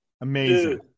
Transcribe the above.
Amazing